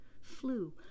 flew